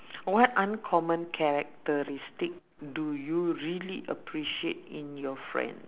what uncommon characteristic do you really appreciate in your friend